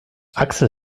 axel